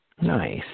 nice